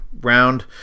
round